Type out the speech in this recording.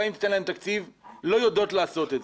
מה לעשות,